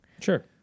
Sure